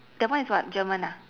that one is what german ah